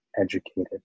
educated